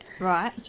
Right